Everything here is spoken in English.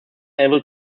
able